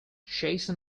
jason